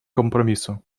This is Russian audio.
компромиссу